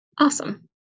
awesome